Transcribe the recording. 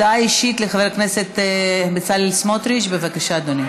בעד 40 חברי כנסת, 49 מתנגדים, אין נמנעים.